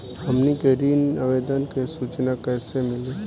हमनी के ऋण आवेदन के सूचना कैसे मिली?